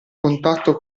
contatto